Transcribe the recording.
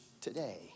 today